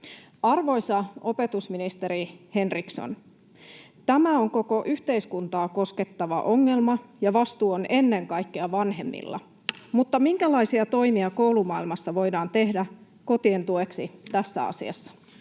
Arvoisa opetusministeri Henriksson, tämä on koko yhteiskuntaa koskettava ongelma, ja vastuu on ennen kaikkea vanhemmilla, mutta minkälaisia toimia koulumaailmassa voidaan tehdä kotien tueksi tässä asiassa?